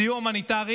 סיוע הומניטרי